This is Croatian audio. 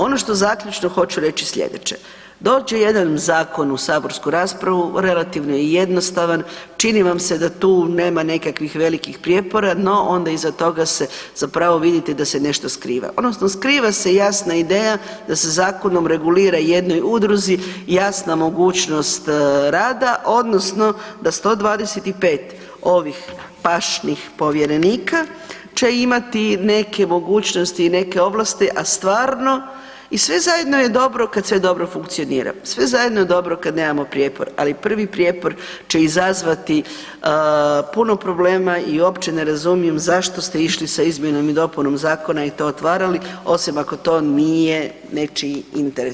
Ono što zaključno hoću reći sljedeće, doći će jedan zakon u saborsku raspravu, relativno je jednostavan, čini vam se da tu nema nekakvih velikih prijepora no onda iza toga zapravo vidite da se nešto skriva odnosno skriva se jasna ideja da se zakonom regulira jednoj udruzi jasna mogućnost rada odnosno da 125 ovih pašnih povjerenika će imati neke mogućnosti i neke ovlasti, a stvarno i sve zajedno je dobro kad sve dobro funkcionira, sve zajedno je dobro kad nemamo prijepor, ali prvi prijepor će izazvati puno problema i uopće ne razumijem zašto ste išli sa izmjenom i dopunom zakona i to otvarali, osim ako to nije nečiji interes.